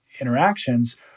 interactions